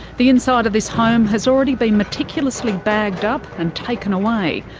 the inside of this home has already been meticulously bagged up and taken away,